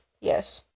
Yes